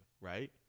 Right